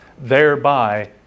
thereby